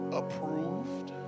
approved